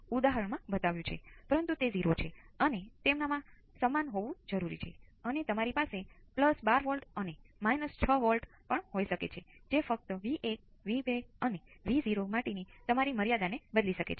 તેથી આ બીજો ભાગ છે અને આ પહેલો ભાગ છે